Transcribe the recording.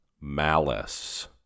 malice